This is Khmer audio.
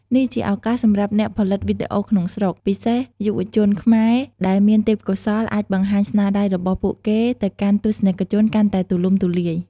នេះជាឱកាសសម្រាប់អ្នកផលិតវីដេអូក្នុងស្រុក ពិសេសយុវជនខ្មែរ ដែលមានទេពកោសល្យអាចបង្ហាញស្នាដៃរបស់ពួកគេទៅកាន់ទស្សនិកជនកាន់តែទូលំទូលាយ។